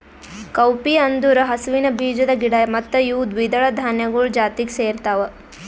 cowpea ಅಂದುರ್ ಹಸುವಿನ ಬೀಜದ ಗಿಡ ಮತ್ತ ಇವು ದ್ವಿದಳ ಧಾನ್ಯಗೊಳ್ ಜಾತಿಗ್ ಸೇರ್ತಾವ